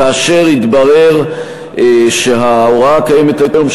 כאשר התברר שההוראה הקיימת היום,